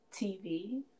TV